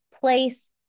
place